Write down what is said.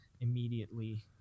immediately